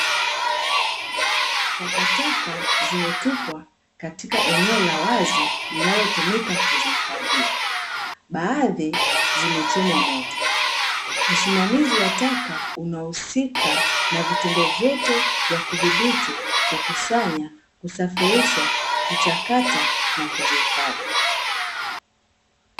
Takataka zimetupwa katika eneo la wazi linalotumika kuzihifadhia baadhi zimechomwa moto, usimamizi wa taka unahusika na vitendo vyote vya kudhibiti, kukusanya, kusafirisha, kuchakata na kuzihifadhi.